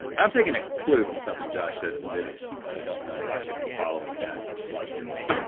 i'm taking a clue from something josh said in the video, but i don't know if i should be following that logic or not.